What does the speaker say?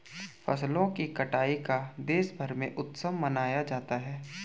फसलों की कटाई का देशभर में उत्सव मनाया जाता है